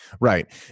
Right